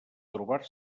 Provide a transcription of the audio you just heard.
trobar